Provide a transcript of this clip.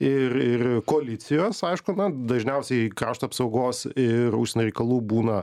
ir ir koalicijos aišku na dažniausiai krašto apsaugos ir užsienio reikalų būna